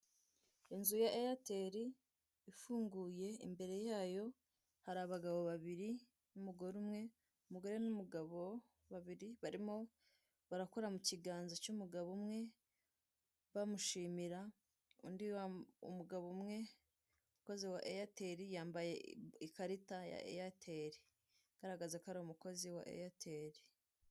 Inzu ya eyateri ifunguye imbere yayo hari abagabo babiri n'umugore umwe, umugore n'umugabo babiri barimo barakora mu kiganza cy'umugabo umwe, bamushimira, umugabo umwe ni umukozi wa eyateri yambaye, ikarita ya eyateri igaragaza ko ari umukozi wa eyateri.